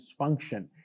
dysfunction